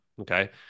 okay